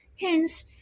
Hence